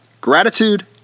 gratitude